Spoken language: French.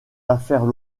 affaires